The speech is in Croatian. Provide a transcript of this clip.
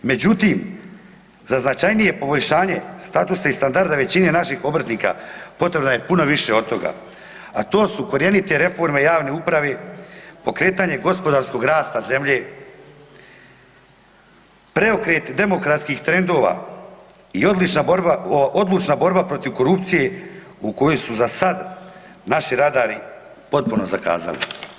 Međutim, za značajnije poboljšanje statusa i standarda većine naših obrtnika potrebno je puno više od toga, a to su korijenite reforme javne uprave, pokretanje gospodarskog rasta zemlje, preokret demografskih trendova i odlična borba, odlučna borba protiv korupcije u kojoj su za sad naši radari potpuno zakazali.